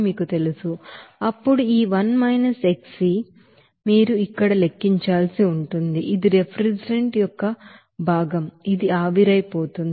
అప్పుడు ఈ 1 - xv మీరు ఇక్కడ లెక్కించాల్సి ఉంటుంది ఇది రిఫ్రిజిరెంట్ యొక్క భాగం ఇది ఆవిరైపోతుంది